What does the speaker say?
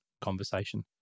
conversation